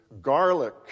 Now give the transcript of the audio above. garlic